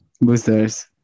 Boosters